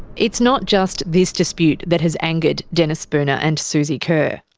it's not just this dispute that has angered denis spooner and suzi kerr.